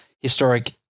historic